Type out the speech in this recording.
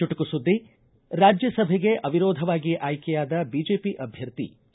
ಚುಟುಕು ಸುದ್ದಿ ರಾಜ್ಯಸಭೆಗೆ ಅವಿರೋಧವಾಗಿ ಆಯ್ಕೆಯಾದ ಬಿಜೆಪಿ ಅಭ್ಯರ್ಥಿ ಕೆ